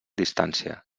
distància